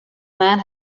man